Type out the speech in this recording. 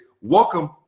Welcome